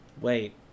Wait